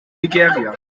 nigeria